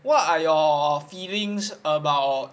what are your feelings about